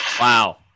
Wow